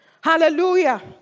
hallelujah